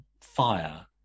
fire